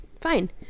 Fine